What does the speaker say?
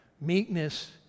Meekness